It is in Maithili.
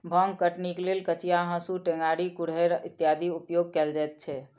भांग कटनीक लेल कचिया, हाँसू, टेंगारी, कुरिहर इत्यादिक उपयोग कयल जाइत छै